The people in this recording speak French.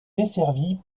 desservie